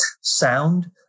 sound